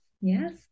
Yes